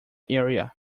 area